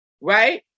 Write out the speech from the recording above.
Right